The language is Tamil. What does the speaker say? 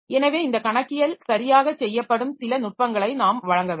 எனவே இந்த கணக்கியல் சரியாக செய்யப்படும் சில நுட்பங்களை நாம் வழங்க வேண்டும்